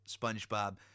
SpongeBob